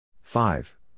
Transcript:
Five